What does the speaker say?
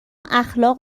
اخلاق